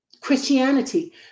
Christianity